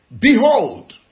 behold